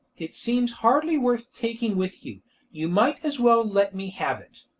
it seems hardly worth taking with you you might as well let me have it.